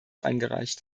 eingereicht